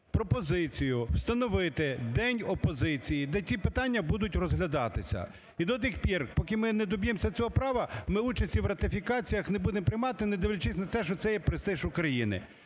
пропозицію встановити день опозиції, де ті питання будуть розглядатися. І до тих пір, поки ми не доб'ємося цього права, ми участі в ратифікаціях не будемо приймати, не дивлячись на те, що це є престиж України.